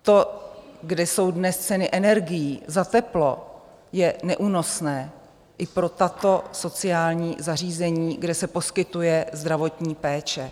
To, kde jsou dnes ceny energií za teplo, je neúnosné i pro tato sociální zařízení, kde se poskytuje zdravotní péče.